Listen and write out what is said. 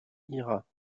ira